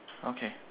okay